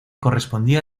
correspondía